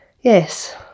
Yes